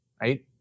right